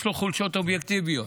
יש לו חולשות אובייקטיביות.